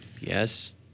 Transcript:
Yes